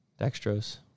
Dextrose